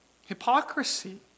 hypocrisy